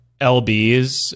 LBs